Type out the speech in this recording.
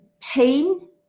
pain